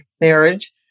marriage